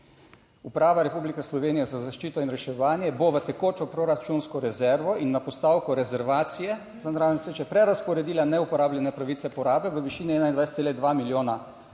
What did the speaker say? "Uprava Republike Slovenije za zaščito in reševanje bo v tekočo proračunsko rezervo in na postavko rezervacije za naravne nesreče, prerazporedila neporabljene pravice porabe v višini 21,2 milijona evrov,